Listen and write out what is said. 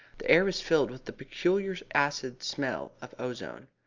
the air was filled with the peculiar acid smell of ozone.